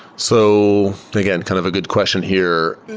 so, again, kind of a good question here.